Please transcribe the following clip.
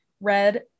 red